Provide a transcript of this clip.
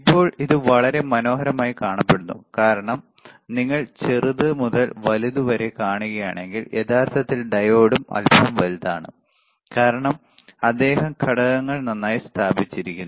ഇപ്പോൾ ഇത് വളരെ മനോഹരമായി കാണപ്പെടുന്നു കാരണം നിങ്ങൾ ചെറുത് മുതൽ വലുത് വരെ കാണുകയാണെങ്കിൽ യഥാർത്ഥത്തിൽ ഡയോഡും അല്പം വലുതാണ് കാരണം അദ്ദേഹം ഘടകങ്ങൾ നന്നായി സ്ഥാപിച്ചിരിക്കുന്നു